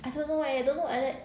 I don't know leh don't know as in